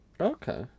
Okay